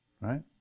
right